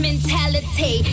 Mentality